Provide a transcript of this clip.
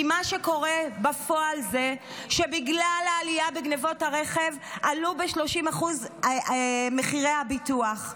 כי מה שקורה בפועל זה שבגלל העלייה בגנבות הרכב עלו ב-30% מחירי הביטוח.